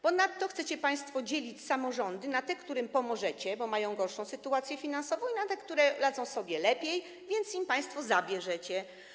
Ponadto chcecie państwo dzielić samorządy na te, którym pomożecie, bo mają gorszą sytuację finansową, i na te, które radzą sobie lepiej, więc im państwo zabierzecie.